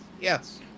Yes